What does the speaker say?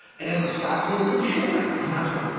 and scott said, then share it. and i was like,